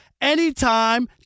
anytime